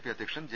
P അധ്യക്ഷൻ J